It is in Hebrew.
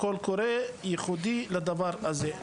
קול קורא שייחודי לדבר הזה,